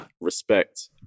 respect